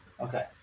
Okay